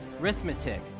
Arithmetic